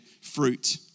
fruit